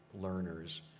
learners